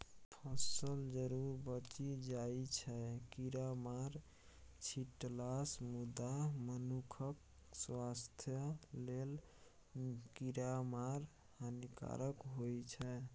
फसल जरुर बचि जाइ छै कीरामार छीटलासँ मुदा मनुखक स्वास्थ्य लेल कीरामार हानिकारक होइ छै